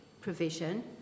provision